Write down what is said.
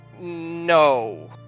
No